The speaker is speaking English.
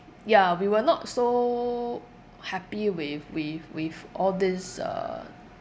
ya we were not so happy with with with all these uh